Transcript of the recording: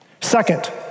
Second